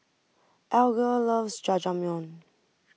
Alger loves Jajangmyeon